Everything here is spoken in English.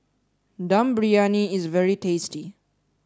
Dum Briyani is very tasty